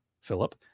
Philip